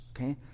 okay